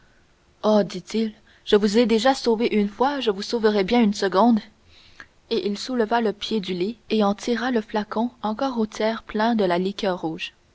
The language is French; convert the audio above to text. oh dit-il je vous ai déjà sauvé une fois je vous sauverai bien une seconde et il souleva le pied du lit et en tira le flacon encore au tiers plein de la liqueur rouge